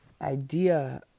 idea